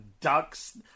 duck's